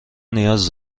نیاز